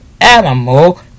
animal